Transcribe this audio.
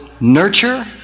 nurture